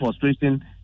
frustration